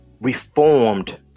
reformed